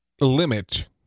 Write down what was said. limit